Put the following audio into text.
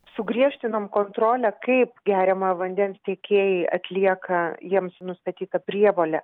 sugriežtinom kontrolę kaip geriamojo vandens tiekėjai atlieka jiems nustatytą prievolę